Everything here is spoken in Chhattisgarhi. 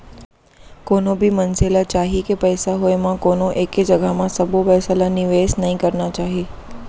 कोनो भी मनसे ल चाही के पइसा होय म कोनो एके जघा म सबो पइसा ल निवेस नइ करना चाही